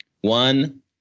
One